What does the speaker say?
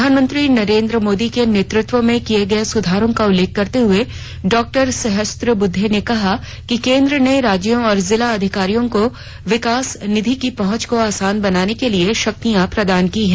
प्रधानमंत्री नरेंद्र मोदी के नेतृत्व में किये गए सुधारों का उल्लेख करते हुए डॉ सहस्रबुद्धे ने कहा कि केंद्र ने राज्यों और जिला अधिकारियों को विकास निधि की पहुंच को आसान बनाने के लिए शक्तियां प्रदान की हैं